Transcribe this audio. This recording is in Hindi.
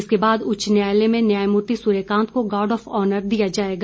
इसके बाद उच्च न्यायालय में न्यायमूर्ति सूर्यकांत को गार्ड ऑफ ऑनर दिया जाएगा